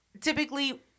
typically